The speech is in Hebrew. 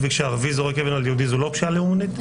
וכשערבי זורק אבן על יהודי זה לא פשיעה לאומנית?